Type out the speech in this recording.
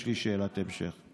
יש לי שאלת המשך.